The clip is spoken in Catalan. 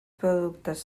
productes